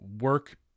Work